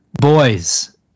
boys